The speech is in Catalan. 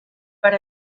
per